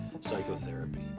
psychotherapy